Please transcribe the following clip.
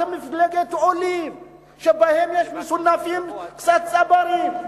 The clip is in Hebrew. אתם מפלגת עולים שבה יש, מסונפים קצת צברים.